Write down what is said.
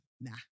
nah